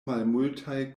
malmultaj